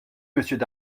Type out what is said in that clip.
monsieur